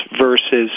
versus